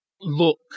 look